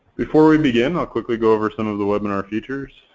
before we begin i'll quickly go over some of the webinar features.